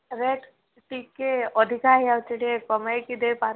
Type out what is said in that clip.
rate ଟିକେ ଅଧିକା ହୋଇଯାଉଛି ଟିକେ କମେଇକି ଦେଇ ପାରିବେକି